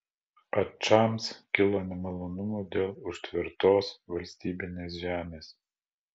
ačams kilo nemalonumų dėl užtvertos valstybinės žemės